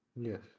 Yes